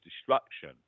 destruction